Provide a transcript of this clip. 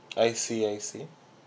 I see I see